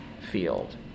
field